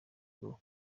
bwo